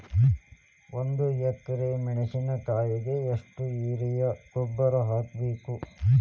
ಒಂದು ಎಕ್ರೆ ಮೆಣಸಿನಕಾಯಿಗೆ ಎಷ್ಟು ಯೂರಿಯಾ ಗೊಬ್ಬರ ಹಾಕ್ಬೇಕು?